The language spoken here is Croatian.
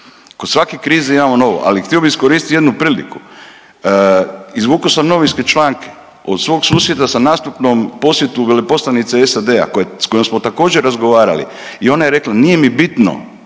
kod svake krize imamo novo. Ali htio bih iskoristiti jednu priliku, izvukao sam novinske članke od svog susjeda sa …/Govornik se ne razumije./… posjetu veleposlanice SAD-a s kojom smo također razgovarali i ona je rekla nije mi bitno